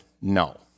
no